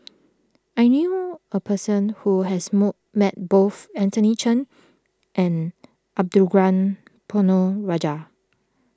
I knew a person who has mold met both Anthony then and Arumugam Ponnu Rajah